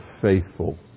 faithful